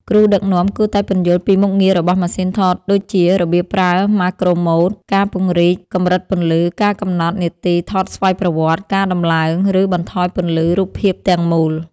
គ្រូដឹកនាំគួរតែពន្យល់ពីមុខងាររបស់ម៉ាសុីនថតដូចជា របៀបប្រើម៉ាក្រូម៉ូដ ការពង្រីក កម្រិតពន្លឺ ការកំណត់នាទីថតស្វ័យប្រវត្តិ ការដំឡើង ឬបន្ថយពន្លឺរូបភាពទាំងមូល។